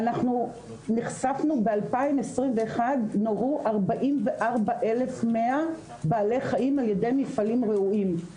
נחשפנו ב-2021 לכך שנורו 44,100 בעלי חיים על ידי מפעלים ראויים.